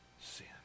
sin